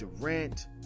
Durant